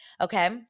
Okay